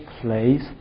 place